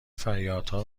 فریادها